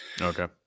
Okay